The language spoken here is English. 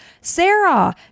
Sarah